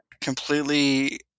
completely